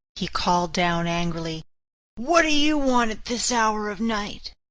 he called down angrily what do you want at this hour of night?